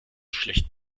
schlecht